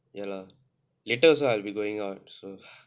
ya lah later also I'll be going on so